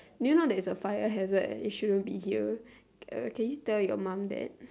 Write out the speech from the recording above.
do you know that it's a fire hazard and it shouldn't be here uh can you tell your mom that